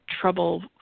trouble